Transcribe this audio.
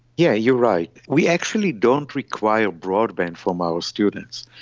yeah you're right. we actually don't require broadband from our students.